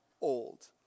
old